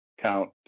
count